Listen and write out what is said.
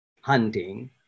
hunting